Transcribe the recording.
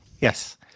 Yes